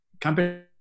company